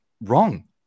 wrong